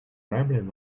rambling